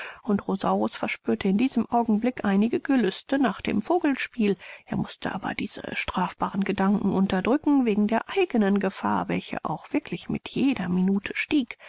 und rosaurus verspürte in diesem augenblick einiges gelüste nach dem vogelspiel er mußte aber diese strafbaren gedanken unterdrücken wegen der eigenen gefahr welche auch wirklich mit jeder minute stieg